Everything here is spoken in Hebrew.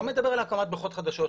לא מדבר על הקמת בריכות חדשות,